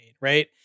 right